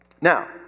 Now